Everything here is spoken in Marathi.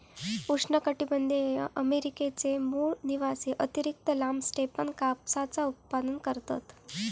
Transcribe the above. उष्णकटीबंधीय अमेरिकेचे मूळ निवासी अतिरिक्त लांब स्टेपन कापसाचा उत्पादन करतत